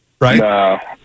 right